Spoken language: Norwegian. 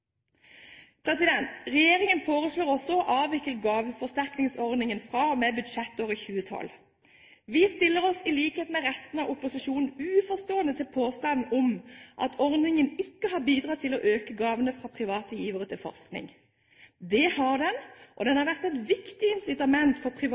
Regjeringen foreslår også å avvikle gaveforsterkningsordningen fra og med budsjettåret 2012. Vi stiller oss i likhet med resten av opposisjonen uforstående til påstanden om at ordningen ikke har bidratt til å øke gavene fra private givere til forskning. Det har den, og den har vært et viktig incitament for